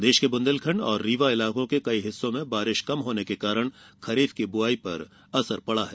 प्रदेश के बुंदेलखंड रीवा इलाको के कई हिस्सों में बारिश कम होने से खरीफ की बुआई पर असर पड़ा है